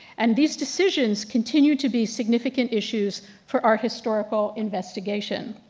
and these decisions continue to be significant issues for art historical investigation.